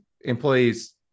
employees